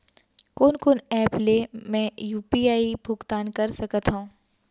कोन कोन एप ले मैं यू.पी.आई भुगतान कर सकत हओं?